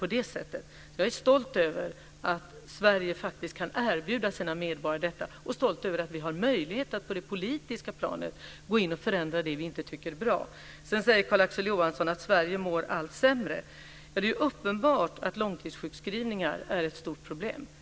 Jag är stolt över att Sverige kan erbjuda sina medborgare detta och stolt över att vi har möjligheter att på det politiska planet gå in och förändra det som vi inte tycker är bra. Sedan säger Carl-Axel Johansson att Sverige mår allt sämre. Det är uppenbart att långtidssjukskrivningar är ett stort problem.